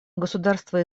государство